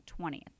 20th